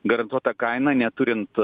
garantuota kaina neturint